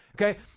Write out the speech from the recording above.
Okay